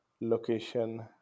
location